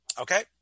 Okay